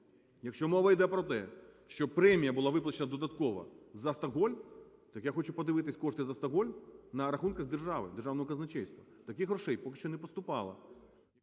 якщо мова йде про те, що премія була виплачена додаткова за "Стокгольм", так я хочу подивитись кошти за "Стокгольм" на рахунках держави, Державного казначейства. Таких грошей поки що не поступало.